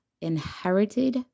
inherited